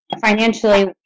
financially